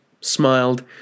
smiled